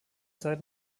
zeit